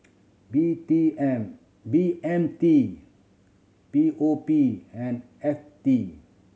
B T M B M T P O P and F T